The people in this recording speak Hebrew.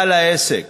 בעל העסק: